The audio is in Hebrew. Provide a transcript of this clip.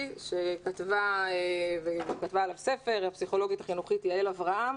שכתבה עליו ספר הפסיכולוגית החינוכית יעל אברהם.